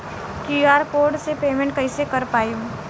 QR code से payment कईसे कर पाएम?